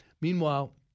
Meanwhile